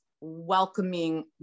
welcoming